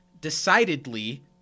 decidedly